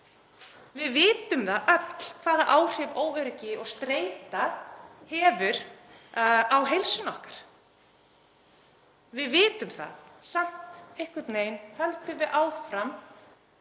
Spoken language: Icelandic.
Við vitum öll hvaða áhrif óöryggi og streita hefur á heilsu okkar. Við vitum það. Samt einhvern veginn höldum við áfram